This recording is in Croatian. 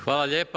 Hvala lijepa.